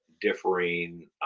differing